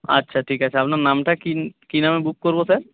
আচ্ছা ঠিক আছে আপনার নামটা কী কী নামে বুক করব স্যার